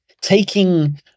taking